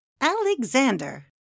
Alexander